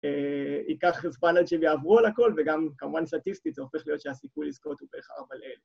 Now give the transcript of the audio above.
ייקח זמן עד שיעברו על הכל וגם כמובן סטטיסטית זה הופך להיות שהסיכוי לזכות הוא בערך ארבע לאלף.